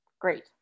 great